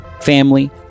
family